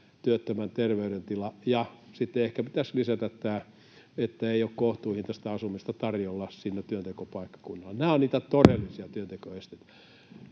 työttömän terveydentila — ja sitten ehkä pitäisi lisätä tämä, että ei ole kohtuuhintaista asumista tarjolla siinä työntekopaikkakunnalla. Nämä ovat niitä todellisia työntekoesteitä